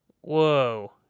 Whoa